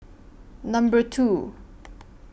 Number two